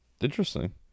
Interesting